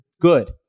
good